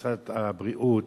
משרד הבריאות,